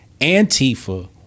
Antifa